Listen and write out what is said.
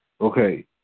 Okay